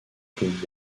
pays